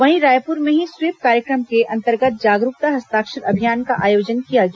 वहीं रायपुर में ही स्वीप कार्यक्रम के अंतर्गत जागरूकता हस्ताक्षर अभियान का आयोजन किया गया